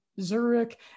Zurich